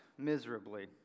miserably